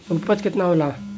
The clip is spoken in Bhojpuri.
उपज केतना होला?